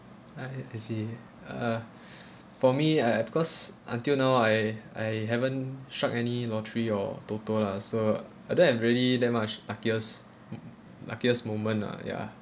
I I see ah for me I I because until now I I haven't struck any lottery or TOTO lah so I don't have really that much luckiest luckiest moment lah ya